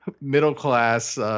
middle-class